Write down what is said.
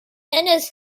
ennis